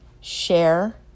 share